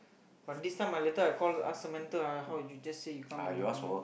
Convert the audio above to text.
but this time I later I call ask Samantha how you just say you come in the corner